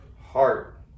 heart